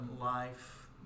life